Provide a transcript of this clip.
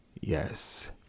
yes